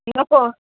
नको